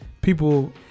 people –